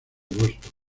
boston